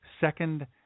second-